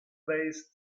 base